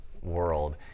world